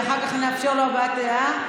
שאחר כך נאפשר לו הודעה במליאה,